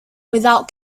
without